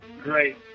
great